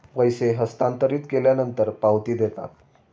पैसे हस्तांतरित केल्यानंतर पावती देतात